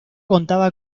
contaba